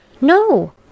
No